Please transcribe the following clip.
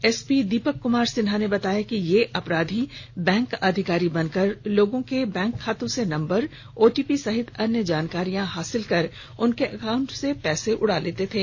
SP Deepak Kumar Sinha ने बताया कि ये अपराधी बैंक अधिकारी बन कर लोगों के बैंक खातों के नंबर ओटीपी सहित अन्य जानकारियां हासिल कर उनके अकाउंट से पैसे उड़ा लेते थे